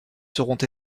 seront